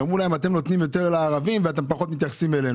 שאמרו להם שהם נותנים יותר לערבים ופחות מתייחסים אלינו.